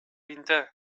inte